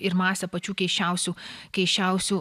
ir masę pačių keisčiausių keisčiausių